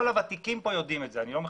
כל הוותיקים פה יודעים זאת, אני לא מחדש.